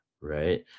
right